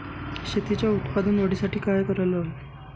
शेतीच्या उत्पादन वाढीसाठी काय करायला हवे?